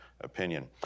opinion